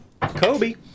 Kobe